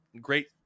great